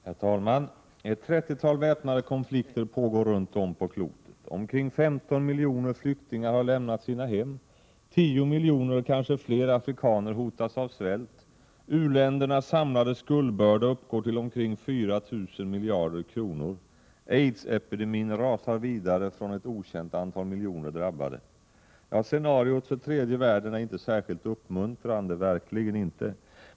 Herr talman! Ett trettiotal väpnade konflikter pågår runt om på klotet. Omkring 15 miljoner flyktingar har lämnat sina hem. 10 miljoner — och kanske fler — afrikaner hotas av svält. U-ländernas samlade skuldbörda uppgår till omkring 4 000 miljarder kronor. Aidsepidemin rasar vidare från ett okänt antal miljoner drabbade. Scenariot för tredje världen är verkligen inte särskilt uppmuntrande.